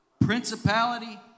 principality